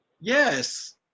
Yes